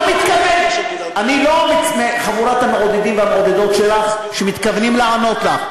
אני לא מחבורת המעודדים והמעודדות שלך שמתכוונים לענות לך.